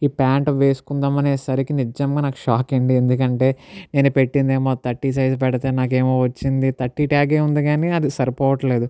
ఈ ప్యాంటు వేసుకుందామనే సరికి నిజంగా నాకు షాక్ అండి ఎందుకంటే నేను పెట్టింది ఏమో థర్టీ సైజ్ పెడితే నాకు ఏమో వచ్చింది థర్టీ ట్యాగ్ఏ ఉంది కానీ అది సరిపోవట్లేదు